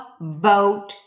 vote